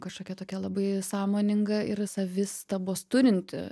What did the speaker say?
kažkokia tokia labai sąmoninga ir savistabos turinti